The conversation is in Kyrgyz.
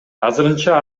азырынча